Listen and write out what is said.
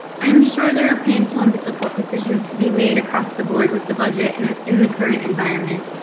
i am sure there are painful and difficult decisions to be made across the board with the budget and ah in the current environment.